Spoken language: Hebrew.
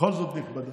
בכל זאת נכבדה.